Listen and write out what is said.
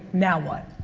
now what?